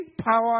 power